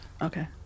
okay